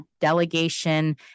delegation